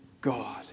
God